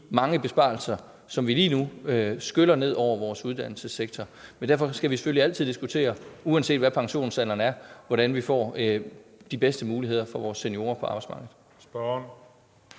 mange besparelser, som lige nu skyller ned over vores uddannelsessektor. Men derfor skal vil selvfølgelig altid diskutere, uanset hvad pensionsalderen er, hvordan vi får de bedste muligheder for vores seniorer på arbejdsmarkedet.